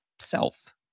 self